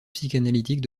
psychanalytique